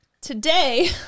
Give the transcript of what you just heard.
today